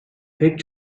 pek